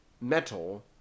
metal